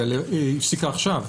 היא הפסיקה עכשיו?